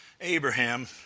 Abraham